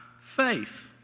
faith